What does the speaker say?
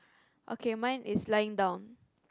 okay mine is lying down